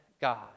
God